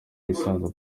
gusaza